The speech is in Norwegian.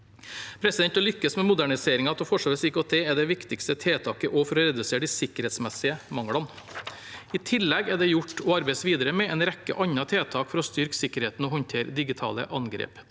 Å lykkes med moderniseringen av Forsvarets IKT er det viktigste tiltaket også for å redusere de sikkerhetsmessige manglene. I tillegg er det gjort, og arbeides videre med, en rekke andre tiltak for å styrke sikkerheten og håndtere digitale angrep.